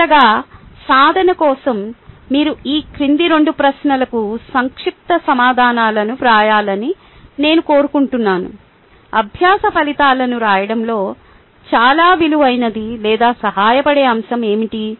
చివరిగా సాధన కోసం మీరు ఈ క్రింది 2 ప్రశ్నలకు సంక్షిప్త సమాధానాలను వ్రాయాలని నేను కోరుకుంటున్నాను అభ్యాస ఫలితాలను రాయడంలో చాలా విలువైనది లేదా సహాయపడే అంశం ఏమిటి